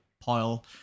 pile